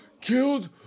killed